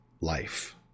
life